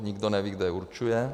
Nikdo neví, kdo ji určuje.